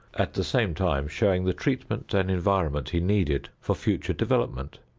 at the same time showing the treatment and environment he needed for future development.